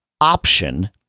option